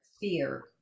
fear